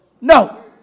No